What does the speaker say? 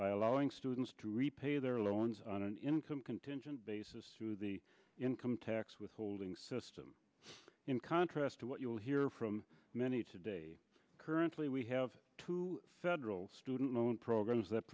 by allowing students to repay their loans on an income contingent basis through the income tax withholding system in contrast to what you will hear from many today currently we have two federal student loan programs that